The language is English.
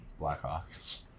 Blackhawks